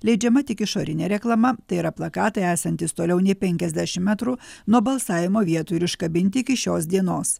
leidžiama tik išorinė reklama tai yra plakatai esantys toliau nei penkiasdešim metrų nuo balsavimo vietų ir iškabinti iki šios dienos